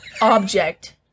Object